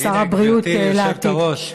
גברתי היושבת-ראש,